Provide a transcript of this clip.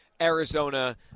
Arizona